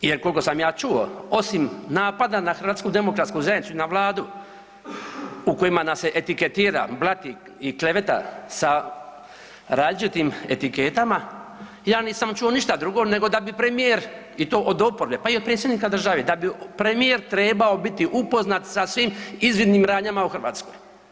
I koliko sam ja čuo, osim napada na HDZ i na vladu u kojima nas se etiketira, blati i kleveta sa različitim etiketama ja nisam čuo ništa drugo nego da bi premijer i to od oporbe, pa i od predsjednika države, da bi premijer trebao biti upoznat sa svim izvidnim radnjama u Hrvatskoj.